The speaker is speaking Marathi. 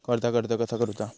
कर्जाक अर्ज कसा करुचा?